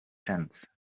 sense